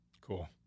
Cool